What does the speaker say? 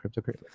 cryptocurrency